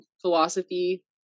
philosophy